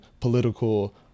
political